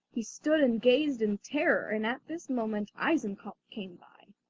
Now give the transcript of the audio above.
he stood and gazed in terror, and at this moment eisenkopf came by.